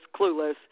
clueless